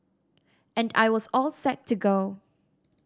and I was all set to go